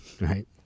right